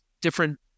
different